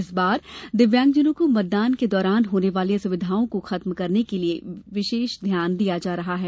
इस बार दिव्यांगजनों को मतदान के दौरान होने वाली असुविधाओं को खत्म करने के लिये विशेष ध्यान दिया जा रहा है